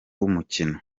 w’umukino